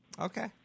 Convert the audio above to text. okay